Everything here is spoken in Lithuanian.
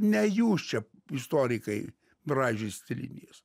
ne jūs čia istorikai braižiosit linijas